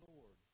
Lord